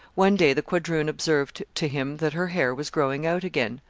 one day the quadroon observed to him that her hair was growing out again.